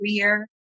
career